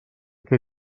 què